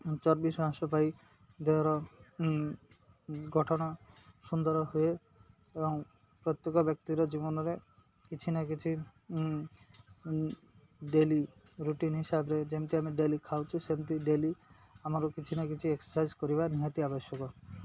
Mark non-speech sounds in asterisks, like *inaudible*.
ଚର୍ବି *unintelligible* ପାଇଁ ଦେହର ଗଠନ ସୁନ୍ଦର ହୁଏ ଏବଂ ପ୍ରତ୍ୟେକ ବ୍ୟକ୍ତିର ଜୀବନରେ କିଛି ନା କିଛି ଡେଲି ରୁଟିନ୍ ହିସାବରେ ଯେମିତି ଆମେ ଡେଲି ଖାଉଛୁ ସେମିତି ଡେଲି ଆମର କିଛି ନା କିଛି ଏକ୍ସରସାଇଜ୍ କରିବା ନିହାତି ଆବଶ୍ୟକ